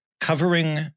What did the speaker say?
covering